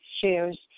shares